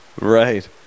Right